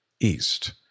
East